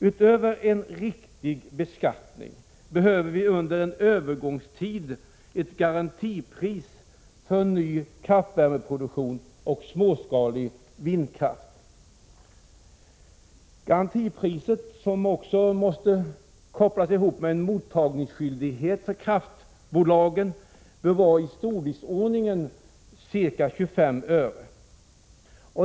Utöver en riktig beskattning behöver vi under en övergångstid ett garantipris för ny kraftvärmeproduktion och småskalig vindkraft. Garantipriset, som också måste kopplas ihop med en mottagningsskyldighet för kraftbolagen, bör vara i storleksordningen ca 25 öre.